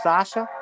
Sasha